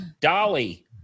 Dolly